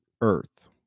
earth